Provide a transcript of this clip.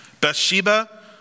Bathsheba